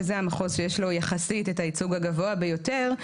שזה המחוז שיש לו יחסית את הייצוג הגבוה ביותר,